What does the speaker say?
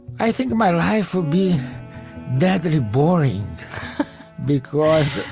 i think my life would be deadly boring because,